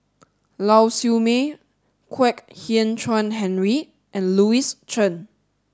Lau Siew Mei Kwek Hian Chuan Henry and Louis Chen